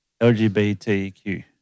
LGBTQ